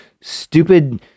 stupid